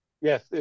Yes